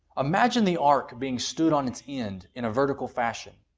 imagine the ark being stood on its end in a vertical fashion,